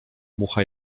mucha